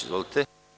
Izvolite.